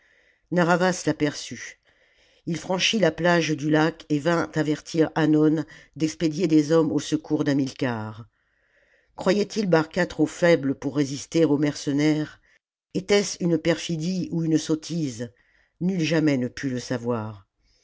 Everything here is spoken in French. narr'havas l'aperçut il franchit la plage du lac et vint avertir hannon d'expédier des hommes au secours d'hamilcar croyait il barca trop faible pour résister aux mercenaires etait-ce une perfidie ou une sottise nul jamais ne put le savoir